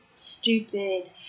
stupid